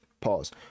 pause